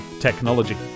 technology